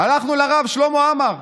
הלכנו לרב שלמה עמאר.